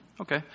okay